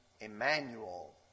Emmanuel